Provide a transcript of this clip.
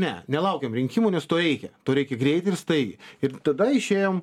ne nelaukiam rinkimų nes to reikia to reikia greit ir staigiai ir tada išėjom